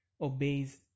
obeys